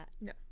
No